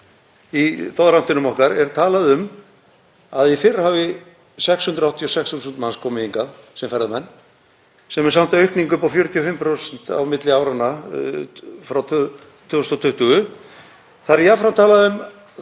í doðrantinum okkar er talað um að í fyrra hafi 686.000 manns komið hingað sem ferðamenn sem er samt aukning upp á 45% á milli ára, frá 2020. Þar er jafnframt talað um